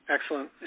Excellent